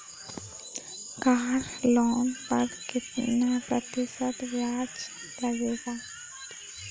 Car loan पर कितना प्रतिशत ब्याज लगेगा?